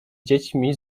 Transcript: dziećmi